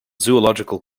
zoological